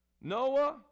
Noah